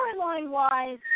storyline-wise